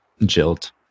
Jilt